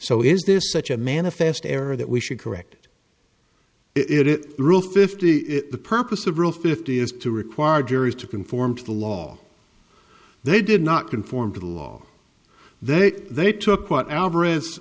so is this such a manifest error that we should correct it it rule fifty is the purpose of rule fifty is to require juries to conform to the law they did not conform to the law they they took what alvarez